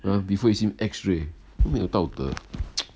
uh before you see him x-ray 都没有道德